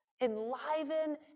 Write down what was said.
enliven